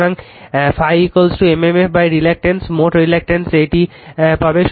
সুতরাং ∅ m m f reluctance মোট reluctance এই একটি পাবে